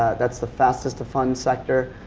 thatis the fastest to funds sector,